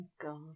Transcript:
God